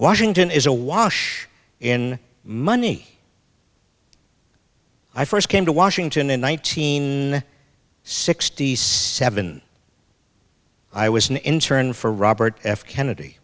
washington is awash in money i first came to washington in one thousand sixty seven i was an intern for robert f kennedy